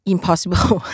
Impossible